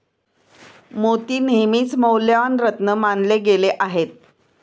मोती नेहमीच मौल्यवान रत्न मानले गेले आहेत